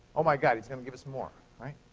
oh, my god, he's going to give us more, right?